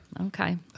Okay